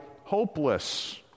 hopeless